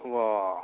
वाह